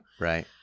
Right